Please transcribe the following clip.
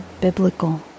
biblical